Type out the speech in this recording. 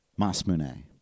Masmune